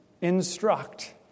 instruct